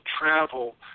travel